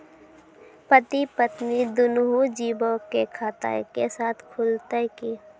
पति पत्नी दुनहु जीबो के खाता एक्के साथै खुलते की?